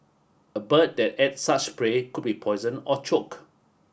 a bird that ate such prey could be poisoned or choke